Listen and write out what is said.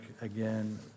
again